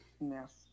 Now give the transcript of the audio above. yes